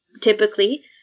typically